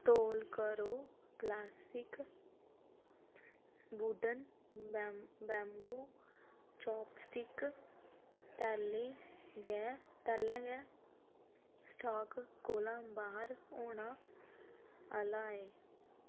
तौल करो classic wooden बै बैंबू चापस्टिक तैले गै लैले गै स्टाक कोला बाह्र होना आह्ला ऐ